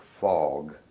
fog